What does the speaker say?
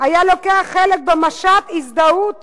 היה לוקח חלק במשט הזדהות